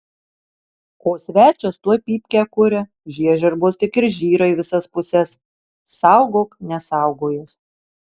o svečias tuoj pypkę kuria žiežirbos tik ir žyra į visas puses saugok nesaugojęs